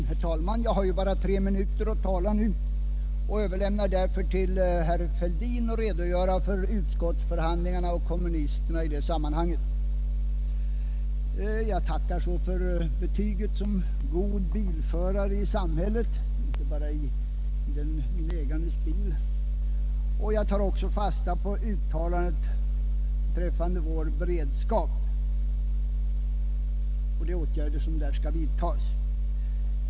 Herr talman! Jag har bara tre minuter till förfogande nu och överlåter därför till herr Fälldin att redogöra för utskottsförhandlingarna särskilt i vad gäller kommunisterna. Jag tackar för betyget som god bilförare i samhället — inte bara i min ägandes bil. Jag tar också fasta på uttalandet beträffande vår beredskap och de åtgärder som där skall vidtagas.